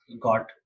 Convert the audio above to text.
got